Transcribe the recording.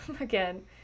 Again